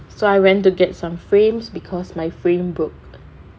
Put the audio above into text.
so I went to get some frames because my frame broke